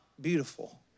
beautiful